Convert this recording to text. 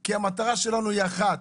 כי המטרה שלנו היא אחת: